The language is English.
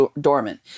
dormant